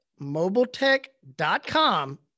Mobiletech.com